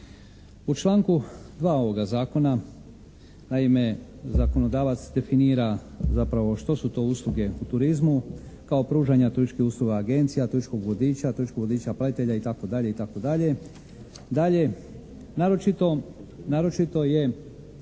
U članku 2. ovoga zakona naime zakonodavac definira zapravo što su to usluge u turizmu kao pružanja usluga agencija, turističkog vodiča, turističkog vodiča pratitelja itd.,